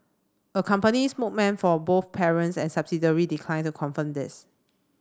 a company spoke man for both parent and subsidiary declined to confirm this